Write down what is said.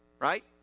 Right